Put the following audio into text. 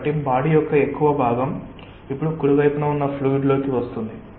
కాబట్టి బాడి యొక్క ఎక్కువ భాగం ఇప్పుడు కుడి వైపున ఉన్న ఫ్లూయిడ్ లోకి వస్తుంది